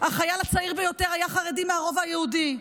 החייל הצעיר ביותר היה חרדי מהרובע היהודי.